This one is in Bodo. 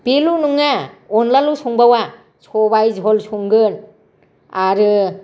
बेल' नङा अनलाल' संबावा सबाय झल संगोन आरो